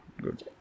Good